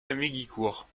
hamégicourt